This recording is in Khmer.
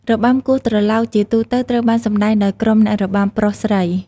របាំគោះត្រឡោកជាទូទៅត្រូវបានសម្តែងដោយក្រុមអ្នករបាំប្រុស-ស្រី។